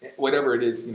whatever it is, you